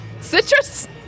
Citrus